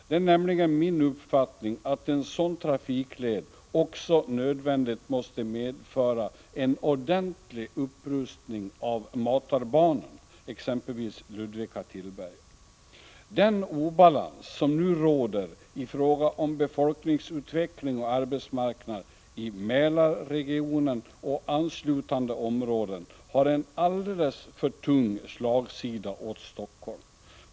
Det är nämligen min uppfattning att en sådan trafikled också nödvändigt måste medföra en ordentlig upprustning av matarbanorna, exempelvis Ludvika-Tillberga. Den obalans som nu råder i fråga om befolkningsutveckling och arbetsmarknad i Mälarregionen och anslutande områden har en alldeles för tung slagsida åt Helsingfors.